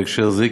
בהקשר זה,